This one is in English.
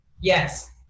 Yes